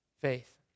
faith